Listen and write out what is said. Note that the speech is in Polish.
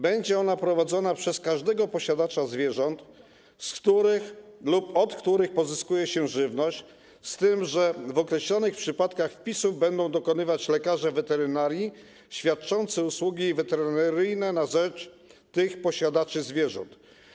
Będzie ona prowadzona przez każdego posiadacza zwierząt, z których lub od których pozyskuje się żywność, z tym że w określonych przypadkach wpisu będą dokonywać lekarze weterynarii świadczący usługi weterynaryjne na rzecz tych posiadaczy zwierząt.